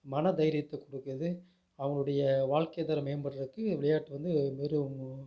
மனதைரியத்தை கொடுக்குது அவங்களுடைய வாழ்க்கைத்தரம் மேம்படுகிறக்கு விளையாட்டு வந்து ஒரு